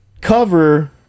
cover